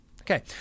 Okay